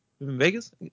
Vegas